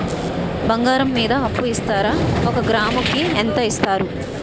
బంగారం మీద అప్పు ఇస్తారా? ఒక గ్రాము కి ఎంత ఇస్తారు?